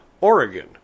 Oregon